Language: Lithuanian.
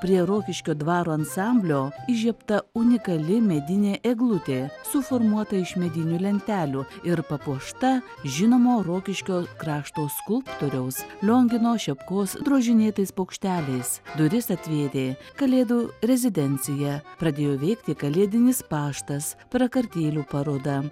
prie rokiškio dvaro ansamblio įžiebta unikali medinė eglutė suformuota iš medinių lentelių ir papuošta žinomo rokiškio krašto skulptoriaus liongino šepkos drožinėtais paukšteliais duris atvėrė kalėdų rezidencija pradėjo veikti kalėdinis paštas prakartėlių paroda